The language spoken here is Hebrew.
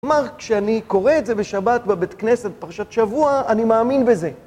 מרק, כשאני קורא את זה בשבת בבית כנסת פרשת שבוע, אני מאמין בזה.